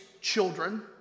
children